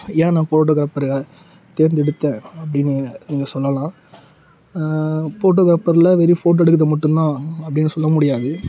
ஏன் நான் ஃபோட்டோகிராப்பரை தேர்ந்தெடுத்தேன் அப்படின்னு நீங்கள் சொல்லலாம் போட்டோகிராப்பரில் வெறும் ஃபோட்டோ எடுக்கிறது மட்டும்தான் அப்படின்னு சொல்ல முடியாது